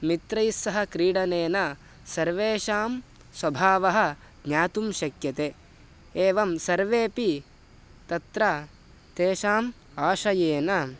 मित्रैस्सह क्रीडनेन सर्वेषां स्वभावः ज्ञातुं शक्यते एवं सर्वेपि तत्र तेषाम् आशयेन